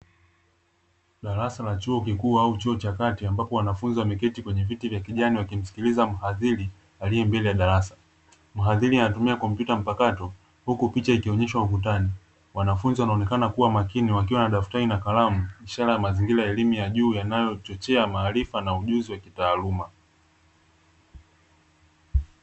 Darasa la chuo kikuu au chuo cha kati ambapo wanafunzi wameketi kwenye viti vya kijani wakimsikiliza mhadhiri aliye mbele ya darasa, mhadhiri anatumia kompyuta mpakato huku picha ikioneshwa ukutani. Wanafunzi wanaonekana kuwa makini wakiwa na daftari na kalamu, ishara ya mazingira ya elimu ya juu yanayochochea maarifa na ujuzi wa kitaaluma.